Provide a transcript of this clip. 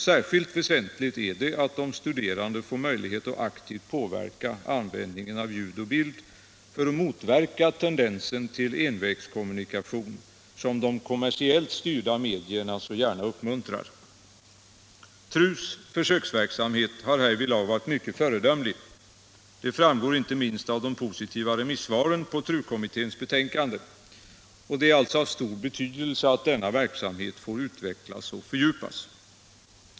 Särskilt väsentligt är det att de studerande fått möjlighet att aktivt påverka användningen av ljud och bild för att motverka tendensen till envägskommunikation, som de kommersiellt styrda medierna så gärna uppmuntrar. TRU:s försöksverksamhet har härvidlag varit mycket föredömlig. Det framgår inte minst av de positiva remissvaren på TRU-kommitténs betänkande. Det är alltså av stor betydelse att denna verksamhet får utvecklas och fördjupas.